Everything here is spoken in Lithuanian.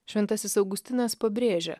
šventasis augustinas pabrėžia